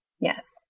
Yes